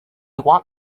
want